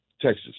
Texas